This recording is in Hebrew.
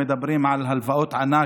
מדברים על הלוואות ענק,